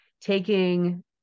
taking